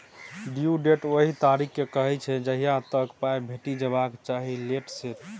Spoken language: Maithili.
ड्यु डेट ओहि तारीख केँ कहय छै जहिया तक पाइ भेटि जेबाक चाही लेट सेट